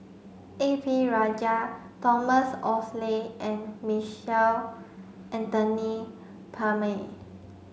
A P Rajah Thomas Oxley and Michael Anthony Palmer